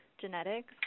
genetics